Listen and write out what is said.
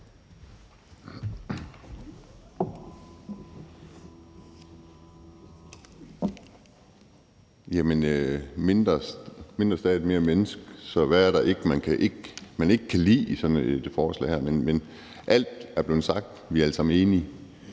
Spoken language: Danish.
Mindre stat, mere menneske. Hvad er der ikke at kunne lide i sådan et forslag her? Alt er blevet sagt, og vi er alle sammen enige.